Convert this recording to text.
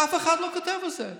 ואף אחד לא כותב על זה.